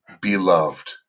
beloved